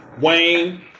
Wayne